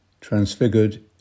transfigured